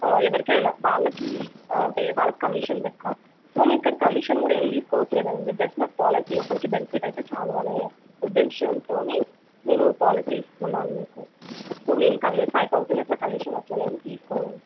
ఎవరికైనా వాళ్ళకి అంటే వాళ్ళకి కమిషన్ లెక్క సో మేము ఇక్కడ కమిషన్ కూడా ఏమి తీసుకోవట్లేదు అండి జస్ట్ పాలసీ ఒకరికి బెనిఫిట్ అయితే చాలు అనే ఉద్దేశంతో మేము పాలసీ ఇస్తున్నాం మీకు సో మేము కమ్ ఫైవ్ థౌసండ్ అట్లా కమిషన్ అట్లా తీసుకోను